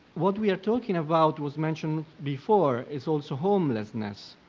what we are talking about was mentioned before, it's also homelessness.